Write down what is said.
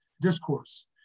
discourse